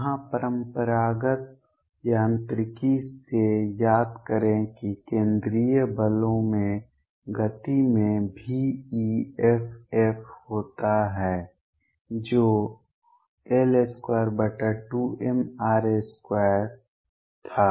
यहां परम्परागत यांत्रिकी से याद करें कि केंद्रीय बलों में गति में veff होता है जो l22mr2 था